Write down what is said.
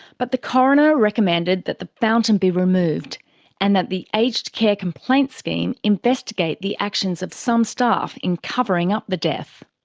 but the coroner recommended that the fountain be removed and that the aged care complaints scheme investigate the actions of some staff in covering up the death.